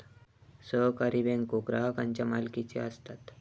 सहकारी बँको ग्राहकांच्या मालकीचे असतत